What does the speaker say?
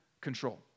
control